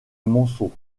monceau